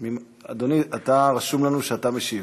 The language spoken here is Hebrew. אדוני, רשום לנו שאתה משיב.